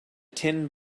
tin